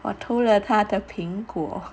我偷了他的苹果